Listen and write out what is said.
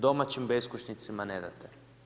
Domaćim beskućnicima ne date.